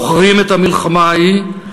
זוכרים את המלחמה ההיא,